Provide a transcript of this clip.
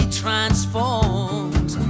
transformed